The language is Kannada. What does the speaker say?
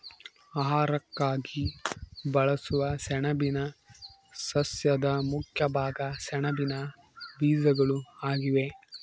ಆಹಾರಕ್ಕಾಗಿ ಬಳಸುವ ಸೆಣಬಿನ ಸಸ್ಯದ ಮುಖ್ಯ ಭಾಗ ಸೆಣಬಿನ ಬೀಜಗಳು ಆಗಿವೆ